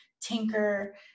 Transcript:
tinker